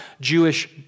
Jewish